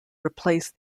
replaced